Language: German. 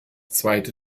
zweite